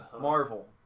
Marvel